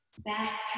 back